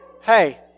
Hey